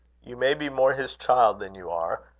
you may be more his child than you are,